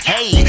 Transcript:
Hey